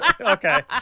okay